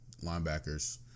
linebackers